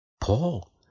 Paul